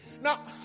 Now